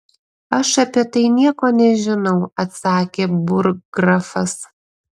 aš apie tai nieko nežinau atsakė burggrafas